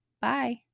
Bye